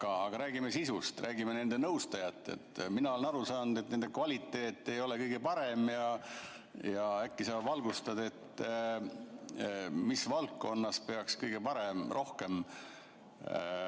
Aga räägime sisust, räägime nõustajatest. Mina olen aru saanud, et nende kvaliteet ei ole kõige parem. Äkki sa valgustad, mis valdkonnas peaks kõige rohkem